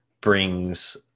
brings